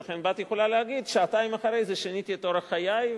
ולכן בת יכולה להגיד שעתיים אחרי זה: שיניתי את אורח חיי,